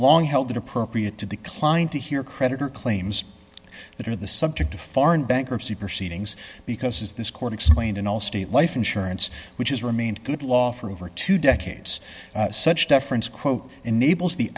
long held it appropriate to decline to hear creditor claims that are the subject of foreign bankruptcy proceedings because this court explained in all state life insurance which has remained good law for over two decades such deference quote enables the